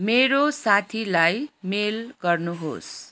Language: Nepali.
मेरो साथीलाई मेल गर्नुहोस्